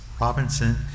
Robinson